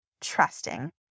Trusting